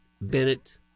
Bennett